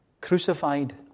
crucified